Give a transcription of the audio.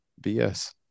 BS